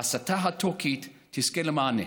ההסתה הטורקית תזכה למענה.